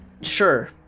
Sure